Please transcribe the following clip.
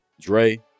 Dre